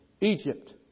Egypt